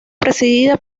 presidida